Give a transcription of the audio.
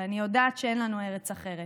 ואני יודעת שאין לנו ארץ אחרת,